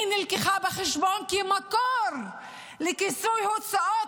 היא נלקחה בחשבון כמקור לכיסוי הוצאות,